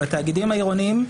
של התאגידים העירוניים.